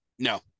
No